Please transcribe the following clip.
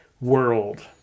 world